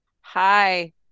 hi